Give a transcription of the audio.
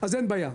אז אין בעיה,